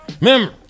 Remember